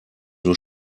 nur